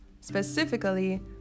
Specifically